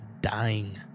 dying